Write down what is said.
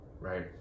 right